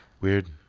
Weird